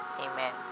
Amen